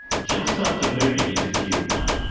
just after moving into q one,